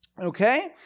okay